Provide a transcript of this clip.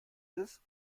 ist